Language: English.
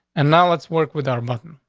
and now let's work with our button.